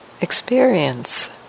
experience